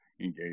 engage